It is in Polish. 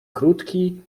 krótki